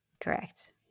Correct